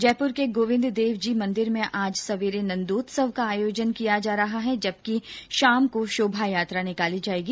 जयपुर के गोविन्ददेव जी मन्दिर में आज सवेरे नन्दोत्सव का आयोजन किया जा रहा है जबकि शाम शोभा यात्रा निकाली जाएगी